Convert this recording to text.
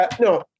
No